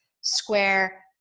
square